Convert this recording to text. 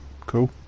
cool